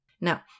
Now